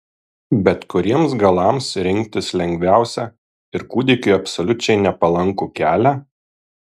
bet kuriems galams rinktis lengviausia ir kūdikiui absoliučiai nepalankų kelią